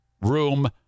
Room